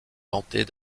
vanter